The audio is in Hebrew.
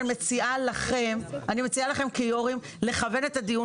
אני מציעה לכם כיו"רים לכוון את הדיון